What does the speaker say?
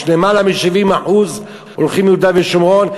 למעלה מ-70% הולכים ליהודה ושומרון,